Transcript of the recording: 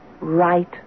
right